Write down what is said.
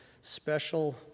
special